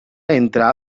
entre